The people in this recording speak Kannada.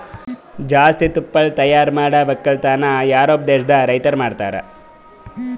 ಜಾಸ್ತಿ ತುಪ್ಪಳ ತೈಯಾರ್ ಮಾಡ್ ಒಕ್ಕಲತನ ಯೂರೋಪ್ ದೇಶದ್ ರೈತುರ್ ಮಾಡ್ತಾರ